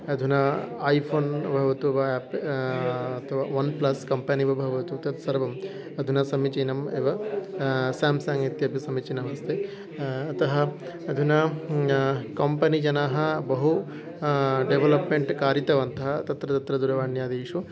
अधुना ऐफोन् भवतु वा आप् अतः वन् प्लस् कम्पनि वा भवतु तत् सर्वम् अधुना समीचीनम् एव स्याम्सङ्ग् इत्यपि समीचीनम् अस्ति अतः अधुना कोम्पनि जनाः बहु डेवलप्मेण्ट् कारितवन्तः तत्र तत्र दूरवाण्यादिषु